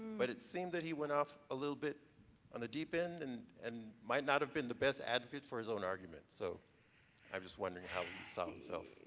but it seemed that he went off a little bit on the deep end and and might not have been the best advocate for his own argument. so i'm just wondering how he saw himself.